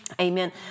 Amen